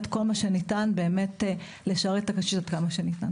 כל מה שניתן כדי לשרת את הקשיש כמה שרק אפשר.